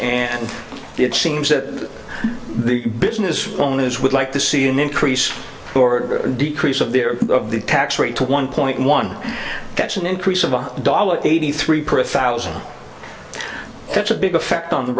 and it seems that the business owners would like to see an increase or decrease of their of the tax rate to one point one that's an increase of one dollar eighty three thousand that's a big effect on the